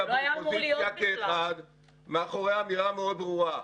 ואופוזיציה כאחד מאחורי אמירה מאוד ברורה,